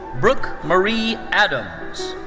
brooke marie adams.